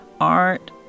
art